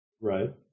Right